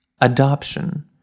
Adoption